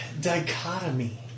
dichotomy